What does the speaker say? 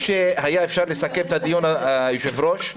שהיה אפשר לסכם את הדיון, היושב-ראש,